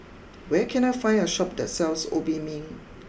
where can I find a Shop that sells Obimin